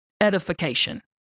edification